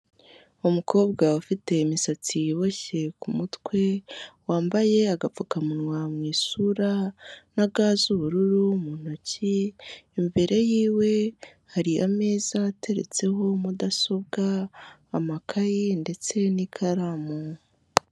Umukobwa ufite imisatsi iboshye ku mutwe, wambaye agapfukamunwa mu isura na ga z'ubururu mu ntoki, imbere yiwe hari ameza ateretseho mudasobwa, amakaye ndetse n'ikaramu.